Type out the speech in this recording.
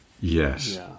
Yes